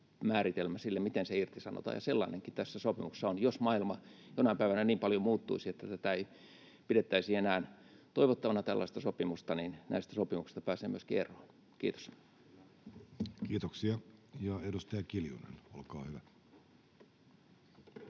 määritelmä sille, miten se irtisanotaan, ja sellainenkin tässä sopimuksessa on. Jos maailma jonain päivänä niin paljon muuttuisi, että ei pidettäisi enää toivottavana tällaista sopimusta, niin näistä sopimuksista pääsee myöskin eroon. — Kiitos. [Eduskunnasta: Kyllä!]